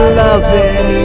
loving